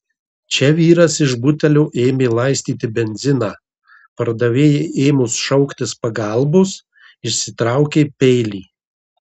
čia vyras iš butelio ėmė laistyti benziną pardavėjai ėmus šauktis pagalbos išsitraukė peilį